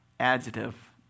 adjective